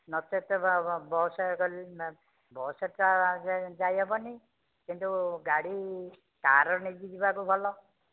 ନଚେତ୍ ବସ୍ରେ ଗଲେ ବସ୍ରେ ତ ଆଉ ଯାଇ ହେବନି କିନ୍ତୁ ଗାଡ଼ି କାର୍ ନେଇକି ଯିବାକୁ ଭଲ